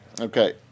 Okay